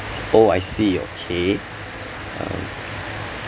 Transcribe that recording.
oh I see okay um uh